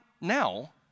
now